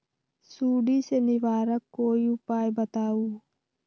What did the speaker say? सुडी से निवारक कोई उपाय बताऊँ?